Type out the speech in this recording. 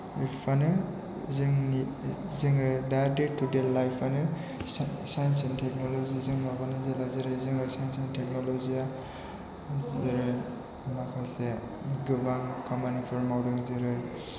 लाइफआनो जोङो दा day to day लाइफआनो सायन्स एन्ड टेकन'लजिजों माबानो जेब्ला जेरै जोङो सायन्स एन्ड टेकन'लजिआ जेरै माखासे गोबां खामानिफोर मावदों जेरै